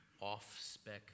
off-spec